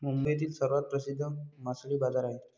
मुंबईतील सर्वात प्रसिद्ध मासळी बाजार आहे